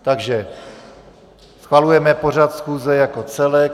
Takže schvalujeme pořad schůze jako celek.